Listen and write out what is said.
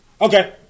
Okay